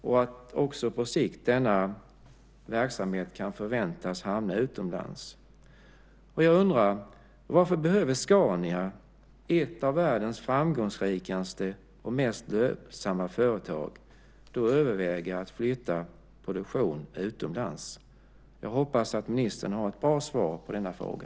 På sikt kan denna verksamhet förväntas hamna utomlands. Jag undrar: Varför behöver Scania, ett av världens mest framgångsrika och mest lönsamma företag överväga att flytta produktion utomlands? Jag hoppas att ministern har ett bra svar på denna fråga.